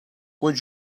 would